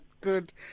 Good